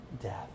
death